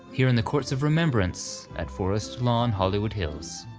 here in the courts of remembrance at forest lawn hollywood hills.